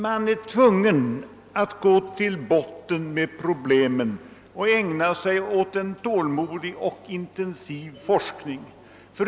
Man är därför tvungen att gå till botten med problemen och ägna sig åt en tålmodig och intensiv forskning.